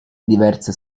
diverse